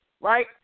right